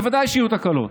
בוודאי שיהיו תקלות.